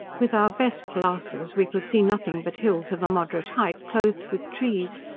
with our best glasses we could see nothing but hills of a moderate height, cloathed with trees,